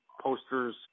posters